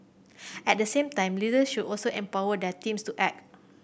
at the same time leaders should also empower their teams to act